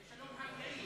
אבל זה שלום חקלאי.